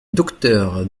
docteur